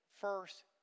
first